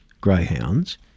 greyhounds